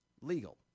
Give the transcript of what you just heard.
legal